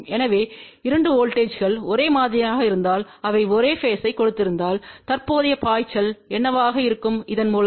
எனவே 2 வோல்ட்டேஜ்ங்கள் ஒரே மாதிரியாக இருந்தால் அவை ஒரே பேஸ்த்தைக் கொண்டிருந்தால் தற்போதைய பாய்ச்சல் என்னவாக இருக்கும் இதன் மூலம்